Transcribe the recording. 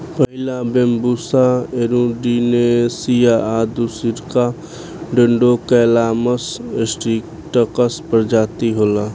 पहिला Bambusa arundinacea आ दूसरका डेन्ड्रोकैलामस स्ट्रीक्ट्स प्रजाति होला